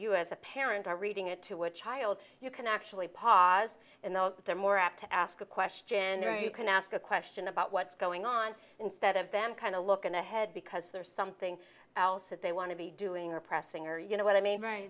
you as a parent are reading it to a child you can actually pause in those they're more apt to ask a question or you can ask a question about what's going on instead of them kind of looking ahead because there's something else that they want to be doing or pressing or you know what i mean right